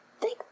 thank